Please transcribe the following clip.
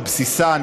בבסיסה,